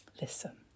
Listen